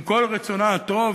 עם כל רצונה הטוב,